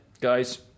guys